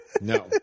No